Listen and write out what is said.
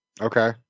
Okay